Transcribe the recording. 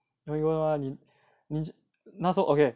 ya 你你那时候 okay